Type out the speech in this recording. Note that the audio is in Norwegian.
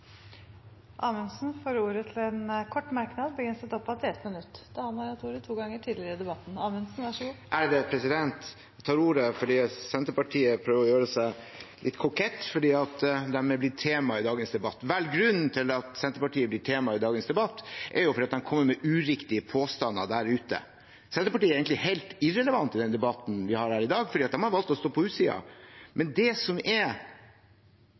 får ordet til en kort merknad, begrenset til 1 minutt. Jeg tar ordet fordi Senterpartiet prøver å gjøre seg litt kokett fordi de er blitt tema i dagens debatt. Grunnen til at Senterpartiet er blitt tema i dagens debatt, er at de kommer med uriktige påstander der ute. Senterpartiet er egentlig helt irrelevant i den debatten vi har her i dag, fordi de har valgt å stå på utsiden, men det som er